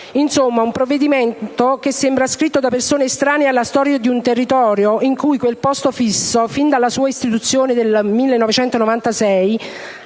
Insomma, un provvedimento che sembra scritto da persone estranee alla storia di un territorio, in cui quel posto fisso, fin dalla sua istituzione nel 1996,